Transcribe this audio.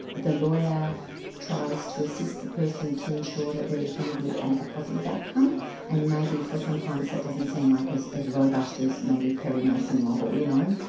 the lawyer tries to assist the person to ensure that there is going to be and a positive outcome and maybe for some clients that doesn't seem like as as robust as maybe perry mason model, you know.